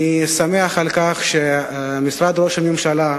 אני שמח שמשרד ראש הממשלה,